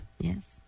Yes